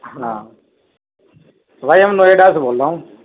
ہاں تو بھائی ہم نویڈا سے بول رہا ہوں